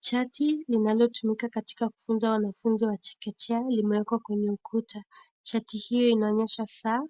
Chati linalo tumika katika kufunza wanafunzi wa chekechea wa kimeekwa kwenye ukuta. Chati hiyo inoanyesha saa